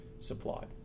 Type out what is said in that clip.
supplied